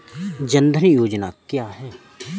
जनधन योजना क्या है?